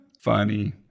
funny